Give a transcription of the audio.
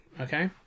Okay